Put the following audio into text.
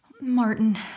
Martin